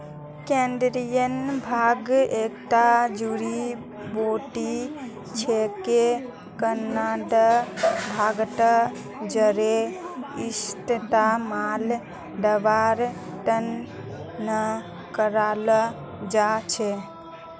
Canadian भांग एकता जड़ी बूटी छिके कनाडार भांगत जरेर इस्तमाल दवार त न कराल जा छेक